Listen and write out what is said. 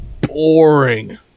boring